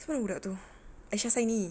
suruh budak tu aisyah saini